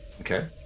Okay